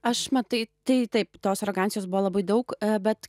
aš matai tai taip tos arogancijos buvo labai daug bet